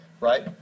Right